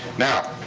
now,